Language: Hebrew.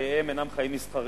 חייהם אינם חיים מסחריים.